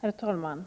Herr talman!